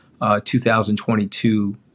2022